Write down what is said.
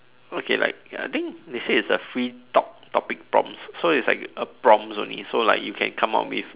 okay like I think they say it's a free talk topic prompts so it's like a prompts only so like you can come up with